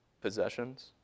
possessions